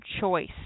choice